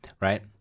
Right